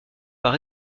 par